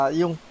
yung